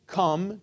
come